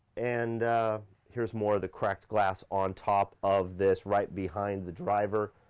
and here's more of the cracked glass on top of this, right behind the driver,